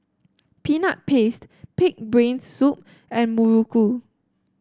Peanut Paste pig brain soup and muruku